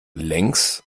längs